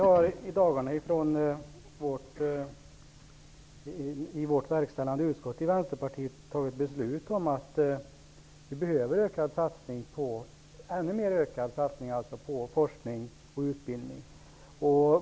Herr talman! I vårt verkställande utskott har vi i dagarna fattat beslut om att vi behöver en ännu mer ökad satsning på forskning och utbildning.